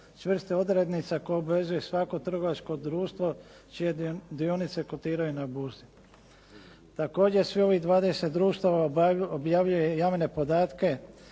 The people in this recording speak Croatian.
čvrstih odrednica koje obvezuju svako trgovačko društvo čije dionice kotiraju na burzi. Također, svih ovih 20 društava objavljuje javne podatke